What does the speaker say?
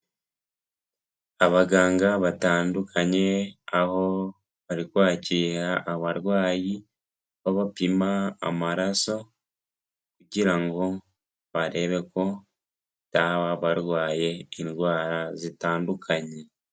Abaganga batandukanye aho bari kwakira abarwayi babapima amaraso kugira ngo barebe ko bataba barwaye indwara zitandukanye.